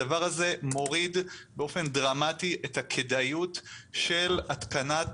הדבר הזה מוריד באופן דרמטי את הכדאיות של התקנת